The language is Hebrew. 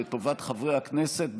לטובת חברי הכנסת,